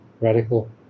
radical